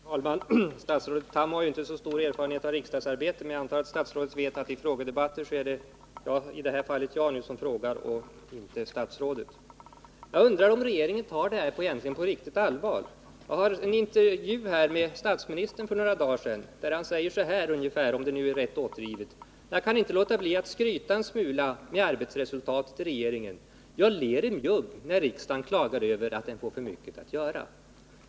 Herr talman! Statsrådet Tham har ju inte så stor erfarenhet av riksdagsarbetet, men jag tror han vet att i frågedebatter är det frågeställaren — alltså i det här fallet jag — som frågar och inte statsrådet. Jag undrar om regeringen egentligen tar det nu aktuella problemet på allvar. Jag har en tidningsintervju här med statsministern för några dagar sedan där han säger ungefär på detta sätt — om det nu är rätt återgivet: Jag kan inte låta bli att skryta en smula med arbetsresultatet i regeringen och ler i mjugg när riksdagen klagar över att den får för mycket att göra.